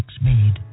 made